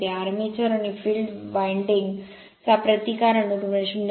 armature आणि field winding चा प्रतिकार अनुक्रमे 0